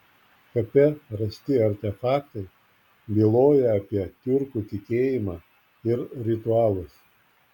kape rasti artefaktai byloja apie tiurkų tikėjimą ir ritualus